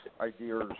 ideas